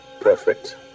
Perfect